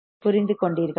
புரிந்து கொண்டீர்களா